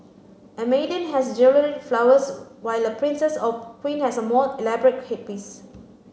a maiden has jewelled flowers while a princess or queen has a more elaborate headpiece